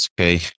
Okay